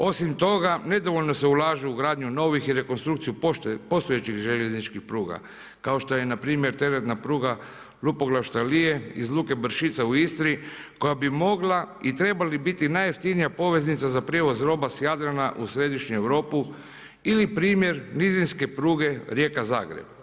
Osim toga, nedovoljno se ulažu u gradnju novih i rekonstrukciju postojećih željezničkih pruga kao što je npr. teretna pruga Lupoglav … u Istri koja bi mogla i trebala biti najjeftinija poveznica za prijevoz roba sa Jadrana u središnju Europu ili primjer nizinske pruge Rijeka-Zagreb.